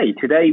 Today